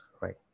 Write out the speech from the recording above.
right